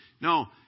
No